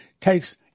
takes